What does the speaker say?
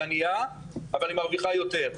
היא ענייה, אבל היא מרוויחה יותר.